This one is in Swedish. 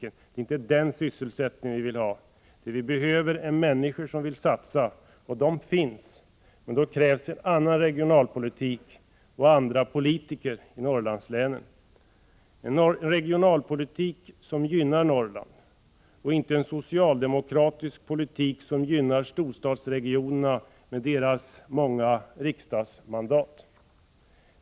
Det är inte den sysselsättningen vi vill ha. Det vi behöver är människor som vill satsa. De finns, men då krävs en annan regionalpolitik och andra politiker i Norrlandslänen — en regionalpolitik som gynnar Norrland och inte en socialdemokratisk regionalpolitik, som gynnar storstadsregionerna med deras många riksdagsmandat.